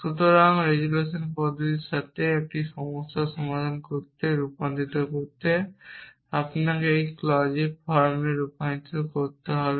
সুতরাং রেজোলিউশন পদ্ধতির সাথে একটি সমস্যা সমাধান করতে রূপান্তর করতে আপনাকে এটিকে ক্লজ ফর্মে রূপান্তর করতে হবে